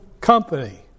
company